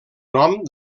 nom